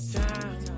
time